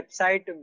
website